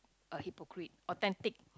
a hypocrite authentic